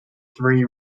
three